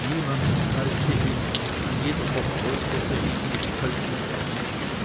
niemand teilte ihn ein jeder vergrößerte ihn mit tölpischer hand